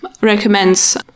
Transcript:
recommends